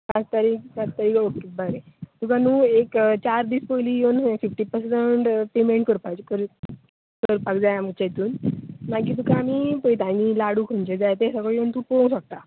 पांच तारीख पांच तारीख ऑके बरें तुका नू एक चार दीस पयली येवन फिफ्टी पर्संट अमांवट पेमेंट करपाक जाय करून करपाक जाय आमचे हितून मागीर तुका आनी पळयता लाडू खंयचे जाय ते सगळे येवन तू पळोव शकता